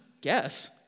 guess